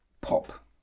pop